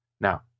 now